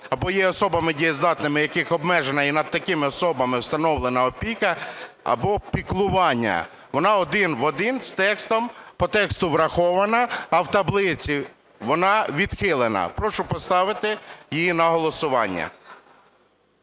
або є особами, дієздатність яких обмежена, і над такими особами встановлена опіка або піклування. Вона один-в-один з текстом, по тексту врахована, а в таблиці вона відхилена. Прошу поставити її на голосування.